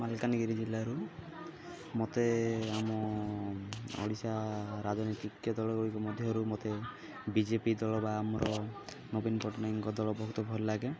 ମାଲକାନଗିରି ଜିଲ୍ଲାରୁ ମୋତେ ଆମ ଓଡ଼ିଶା ରାଜନୈତିକ ଦଳ ଗୁଡ଼ିକ ମଧ୍ୟରୁ ମୋତେ ବି ଜେ ପି ଦଳ ବା ଆମର ନବୀନ ପଟ୍ଟନାୟକଙ୍କ ଦଳ ବହୁତ ଭଲ ଲାଗେ